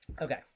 okay